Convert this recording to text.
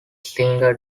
singer